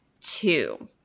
two